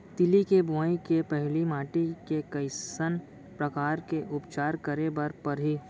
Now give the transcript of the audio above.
तिलि के बोआई के पहिली माटी के कइसन प्रकार के उपचार करे बर परही?